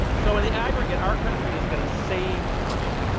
so, in the aggregate, our country is going to save money.